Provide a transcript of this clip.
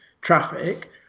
traffic